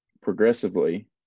progressively